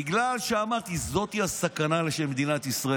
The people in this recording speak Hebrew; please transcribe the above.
בגלל שהוא כולו, אמרתי, רעל רדיואקטיבי מרוכז.